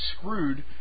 screwed